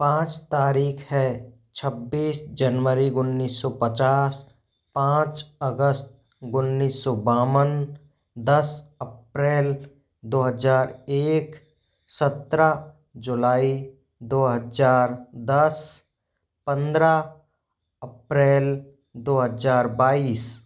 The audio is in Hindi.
पाँच तारीख़ें हैं छब्बीस जनवरी उन्नीस सौ पचास पाँच अगस्त उन्नीस सौ बावन दस अप्रैल दो हज़ार एक सत्रह जुलाई दो हज़ार दस पंद्रह अप्रैल दो हज़ार बाईस